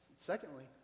Secondly